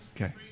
Okay